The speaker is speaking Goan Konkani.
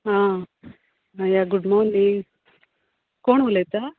हां या गूड मोर्निंग कोण उलयता